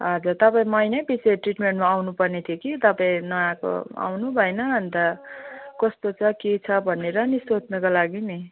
हजर तपाईँ महिनै पछि ट्रिटमेन्टमा आउनु पर्ने थियो कि तपाईँ नआएको आउनु भएन अन्त कस्तो छ के छ भनेर नि सोध्नुको लागि नि